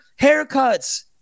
haircuts